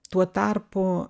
tuo tarpu